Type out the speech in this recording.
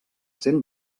cent